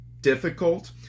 difficult